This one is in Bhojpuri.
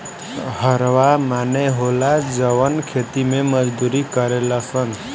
हरवाह माने होला जवन खेती मे मजदूरी करेले सन